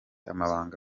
amabanga